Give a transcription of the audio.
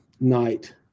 night